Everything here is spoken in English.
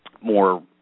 more